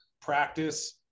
practice